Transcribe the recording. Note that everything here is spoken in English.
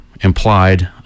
implied